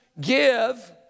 give